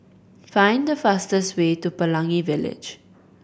find fastest way to Pelangi Village